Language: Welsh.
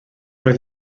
oedd